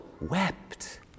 wept